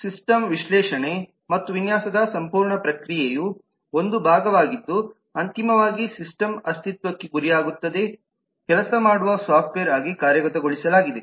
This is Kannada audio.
ಸಿಸ್ಟಮ್ ವಿಶ್ಲೇಷಣೆ ಮತ್ತು ವಿನ್ಯಾಸದ ಸಂಪೂರ್ಣ ಪ್ರಕ್ರಿಯೆಯು ಒಂದು ಭಾಗವಾಗಿದ್ದು ಅಂತಿಮವಾಗಿ ಸಿಸ್ಟಮ್ ಅಸ್ತಿತ್ವಕ್ಕೆ ಗುರಿಯಾಗುತ್ತದೆ ಕೆಲಸ ಮಾಡುವ ಸಾಫ್ಟ್ವೇರ್ ಆಗಿ ಕಾರ್ಯಗತಗೊಳಿಸಲಾಗಿದೆ